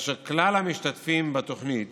כלל המשתתפים בתוכנית